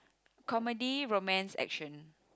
comedy romance action